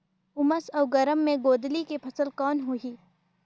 उमस अउ गरम मे गोंदली के फसल कौन होही?